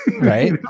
right